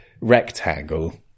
rectangle